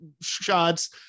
shots